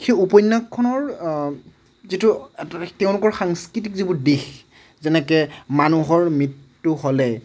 সেই উপন্যাসখনৰ যিটো এটা তেওঁলোকৰ সাংস্কৃতিক যিবোৰ দিশ যেনেকৈ মানুহৰ মৃত্যু হ'লে